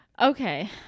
Okay